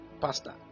pastor